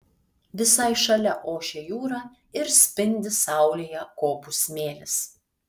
visai šalia ošia jūra ir spindi saulėje kopų smėlis